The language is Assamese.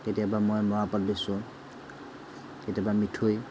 কেতিয়াবা মই মৰাপাট বেচোঁ কেতিয়াবা মিঠৈ